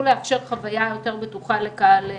לאפשר חוויה בטוחה יותר לקהל צעיר.